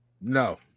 No